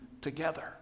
together